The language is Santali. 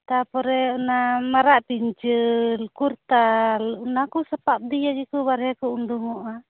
ᱛᱟᱯᱚᱨᱮ ᱚᱱᱟ ᱢᱟᱨᱟᱜ ᱯᱤᱧᱪᱟᱹᱨ ᱠᱚᱨᱛᱟᱞ ᱚᱱᱟ ᱠᱚ ᱥᱟᱯᱟᱵ ᱫᱤᱭᱮ ᱜᱮ ᱠᱚ ᱵᱟᱨᱦᱮ ᱠᱚ ᱩᱸᱰᱩᱝᱚᱜᱼᱟ